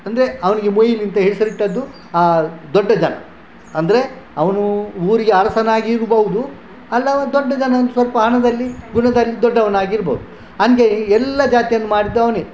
ಅಂದರೆ ಅವನಿಗೆ ಮೊಯ್ಲಿ ಅಂತ ಹೆಸರಿಟ್ಟದ್ದು ಆ ದೊಡ್ಡ ಜನ ಅಂದರೆ ಅವನು ಊರಿಗೆ ಅರಸನಾಗಿ ಇರಬಹುದು ಅಲ್ಲ ಅವ ದೊಡ್ಡ ಜನ ಅಂತ ಸ್ವಲ್ಪ ಹಣದಲ್ಲಿ ಗುಣದಲ್ಲಿ ದೊಡ್ಡವನಾಗಿರಬಹುದು ಅಂದರೆ ಈ ಎಲ್ಲ ಜಾತಿಯನ್ನು ಮಾಡಿದ್ದು ಅವನೇ